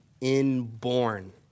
inborn